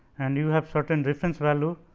and you have certain reference value